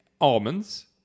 almonds